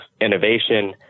innovation